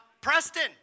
Preston